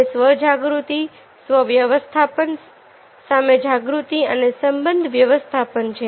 તે સ્વ જાગૃતિ સ્વ વ્યવસ્થાપન સામે જાગૃતિ અને સબંધ વ્યવસ્થાપન છે